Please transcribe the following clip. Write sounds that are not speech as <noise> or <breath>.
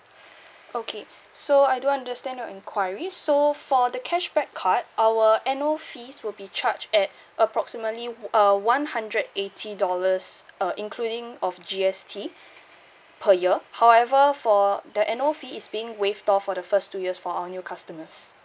okay <breath> so I do understand your enquiry so for the cashback card our annual fees will be charged at approximately uh one hundred eighty dollars uh including of G_S_T per year however for the annual fee is being waived off for the first two years for our new customers